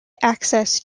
access